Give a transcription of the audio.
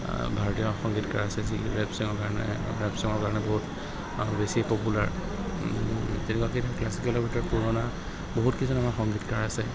ভাৰতীয় সংগীতকাৰ আছে যি ৰেপ চঙৰ কাৰণে ৰেপ চঙৰ কাৰণে বহুত বেছি পপুলাৰ তেনেকুৱাকৈ ক্লাছিকেলৰ ভিতৰত পুৰণা বহুত কেইজন আমাৰ সংগীতকাৰ আছে